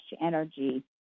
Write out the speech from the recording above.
energy